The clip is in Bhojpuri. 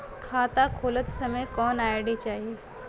खाता खोलत समय कौन आई.डी चाही?